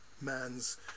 man's